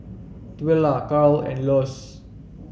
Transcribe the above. Twila Karl and Elois